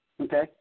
Okay